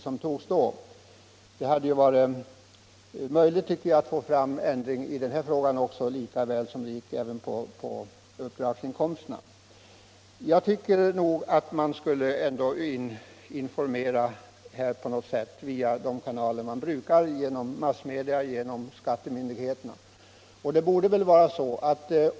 Det borde ha varit möjligt att få till stånd en ändring i den här frågan lika väl som beträffande uppdragsinkomsterna. Jag tycker att man borde informera via de kanaler — massmedia och skattemyndigheterna — som brukar användas.